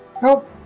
Help